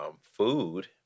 food